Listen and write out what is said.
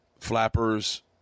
Flappers